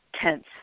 tense